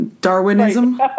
Darwinism